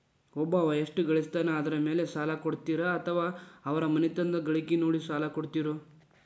ಒಬ್ಬವ ಎಷ್ಟ ಗಳಿಸ್ತಾನ ಅದರ ಮೇಲೆ ಸಾಲ ಕೊಡ್ತೇರಿ ಅಥವಾ ಅವರ ಮನಿತನದ ಗಳಿಕಿ ನೋಡಿ ಸಾಲ ಕೊಡ್ತಿರೋ?